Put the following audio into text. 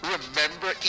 Remember